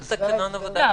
יש את תקנון עבודת הממשלה.